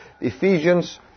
Ephesians